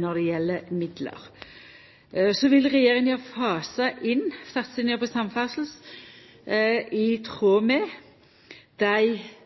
når det gjeld midlar. Så vil regjeringa fasa inn satsinga på samferdsel i tråd med dei